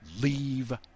leave